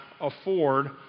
afford